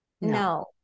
No